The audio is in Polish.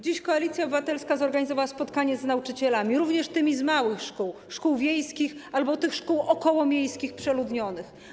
Dziś Koalicja Obywatelska zorganizowała spotkanie z nauczycielami, również tymi z małych szkół, ze szkół wiejskich albo szkół okołomiejskich, przeludnionych.